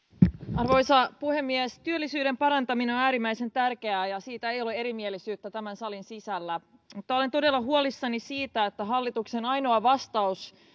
arvoisa puhemies työllisyyden parantaminen on äärimmäisen tärkeää ja siitä ei ole erimielisyyttä tämän salin sisällä mutta olen todella huolissani siitä että hallituksen ainoa vastaus